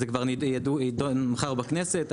זה יידון מחר בכנסת.